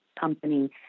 company